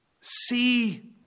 see